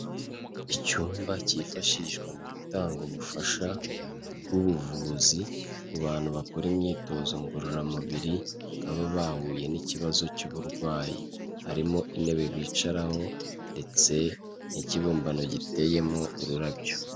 Icyumba cyifashishwa mu gutanga ubufasha bw'ubuvuzi, ku bantu bakora imyitozo ngororamubiri baba bahuye n'ikibazo cy'uburwayi, harimo intebe bicaraho ndetse n'ikibumbano giteyemo ururabyo.